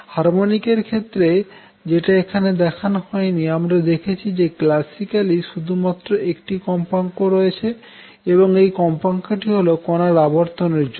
harmonic এর ক্ষেত্রে যেটা এখানে দেখানো হয়নি আমরা দেখেছি যে ক্ল্যাসিক্যলি শুধুমাত্র একটি কম্পাঙ্ক রয়েছে এবং এই কম্পাঙ্কটি হল কনার আবর্তন এর জন্য